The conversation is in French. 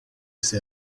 ses